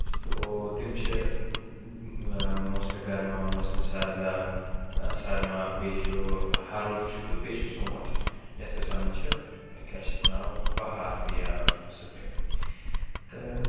تِم چھِ موسمہِ گرما موسمہِ سَردا سَرما بیٚیہِ چھُ ہَرُد چھُ تہٕ بیٚیہِ چھُ سونٛت یَتھ أسۍ وَنان چھِ کیٛاہ چھِ اَتھ ناو بہار تہِ یا سپرِنٛگ تہٕ